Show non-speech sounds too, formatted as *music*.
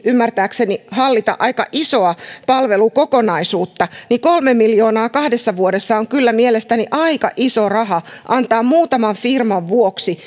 ymmärtääkseni hallita aika isoa palvelukokonaisuutta niin kolme miljoonaa kahdessa vuodessa on kyllä mielestäni aika iso raha antaa muutaman firman vuoksi *unintelligible*